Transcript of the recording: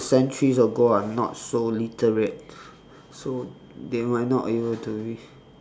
centuries ago are not so literate so they might not able to use